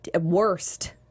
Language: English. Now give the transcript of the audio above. worst